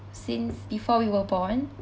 since before we were born